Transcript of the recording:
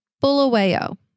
Bulawayo